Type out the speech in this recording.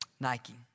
Nike